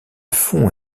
fond